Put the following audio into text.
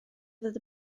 fod